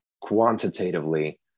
quantitatively